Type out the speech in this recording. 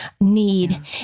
need